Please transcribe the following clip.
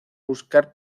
buscar